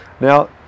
Now